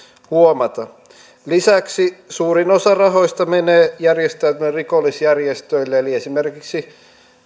huomata lisäksi suurin osa rahoista menee järjestäytyneille rikollisjärjestöille eli esimerkiksi